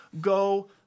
go